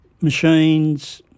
machines